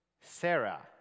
sarah